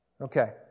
Okay